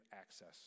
access